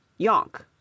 Yonk